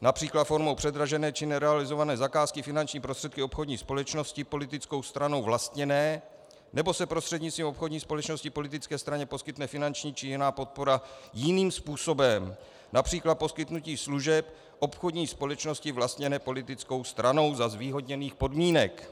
např. formou předražené či nerealizované zakázky finanční prostředky obchodní společnosti politickou stranou vlastněné nebo se prostřednictvím obchodní společnosti politické straně poskytne finanční či jiná podpora jiným způsobem, např. poskytnutím služeb obchodní společnosti vlastněné politickou stranou za zvýhodněných podmínek.